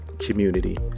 community